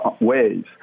ways